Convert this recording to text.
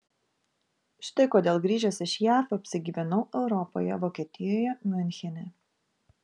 štai kodėl grįžęs iš jav apsigyvenau europoje vokietijoje miunchene